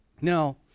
Now